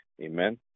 Amen